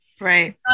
Right